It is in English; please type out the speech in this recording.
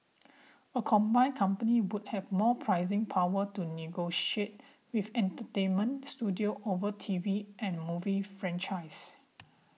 a combined company would have more pricing power to negotiate with entertainment studios over T V and movie franchises